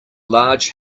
large